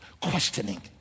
Questioning